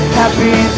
happy